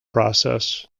process